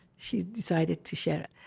she decided to share.